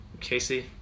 Casey